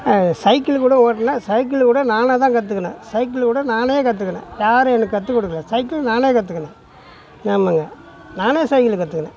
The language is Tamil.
அது சைக்கிளு கூட ஓட்டினா சைக்கிளு கூட நானாக தான் கற்றுக்கினேன் சைக்கிள் கூட நானே கற்றுக்கினேன் யாரும் எனக்கு கற்றுக் கொடுக்கல சைக்கிள் நானே கற்றுக்கினேன் ஆமாங்க நானே சைக்கிளு கற்றுக்கினேன்